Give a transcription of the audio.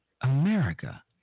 America